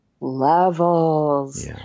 levels